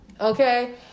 okay